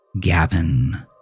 Gavin